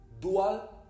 dual